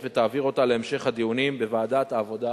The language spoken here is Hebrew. ותעביר אותה להמשך הדיונים בוועדת העבודה,